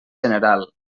general